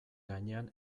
gainean